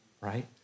right